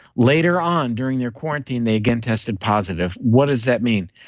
later on during their quarantine, they again tested positive. what does that mean?